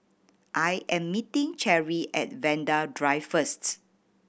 I am meeting Cherrie at Vanda Drive first